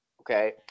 Okay